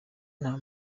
nta